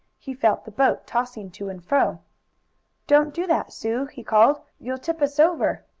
he felt the boat tossing to and fro don't do that, sue! he called. you'll tip us over.